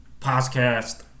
podcast